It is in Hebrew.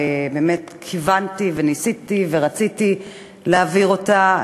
ובאמת כיוונתי וניסיתי ורציתי להעביר אותה,